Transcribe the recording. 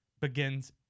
begins